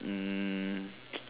um